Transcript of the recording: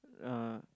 uh